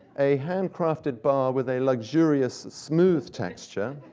a handcrafted bar with a luxurious smooth texture.